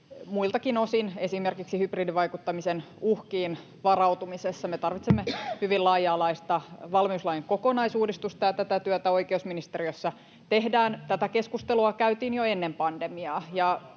muiltakin osin, esimerkiksi hybridivaikuttamisen uhkiin varautumisessa. Me tarvitsemme hyvin laaja-alaista valmiuslain kokonaisuudistusta, ja tätä työtä oikeusministeriössä tehdään. Tätä keskustelua käytiin jo ennen pandemiaa,